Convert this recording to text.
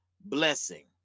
blessing